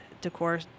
decor